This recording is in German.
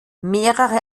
mehrere